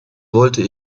wollte